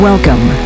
Welcome